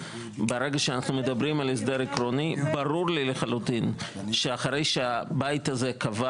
ברגע שאנחנו מדברים על הסדר עקרוני ברור לי לחלוטין שאחרי שהבית הזה קבע